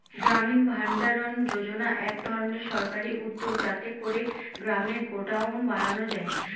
গ্রামীণ ভাণ্ডারণ যোজনা এক ধরনের সরকারি উদ্যোগ যাতে করে গ্রামে গডাউন বানানো যায়